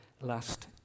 last